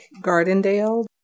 Gardendale